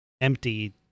Empty